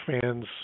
fans